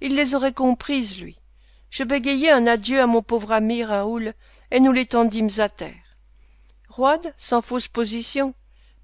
il les aurait comprises lui je bégayai un adieu à mon pauvre ami raoul et nous l'étendîmes à terre roide sans fausse position